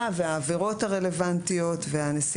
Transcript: והעבירות הרלוונטיות והנסיבות שלהן.